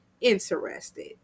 interested